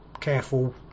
careful